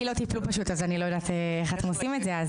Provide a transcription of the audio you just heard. בי לא טיפלו אז אני לא יודעת איך אתם עושים את זה.